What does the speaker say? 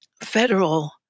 federal